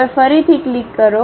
હવે ફરીથી ક્લિક કરો